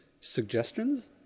suggestions